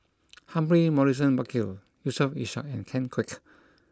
Humphrey Morrison Burkill Yusof Ishak and Ken Kwek